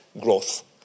growth